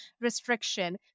restriction